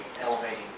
elevating